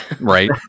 Right